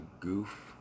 goof